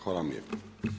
Hvala vam lijepo.